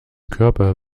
körper